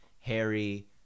Harry